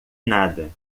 nada